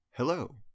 Hello